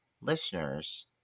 listeners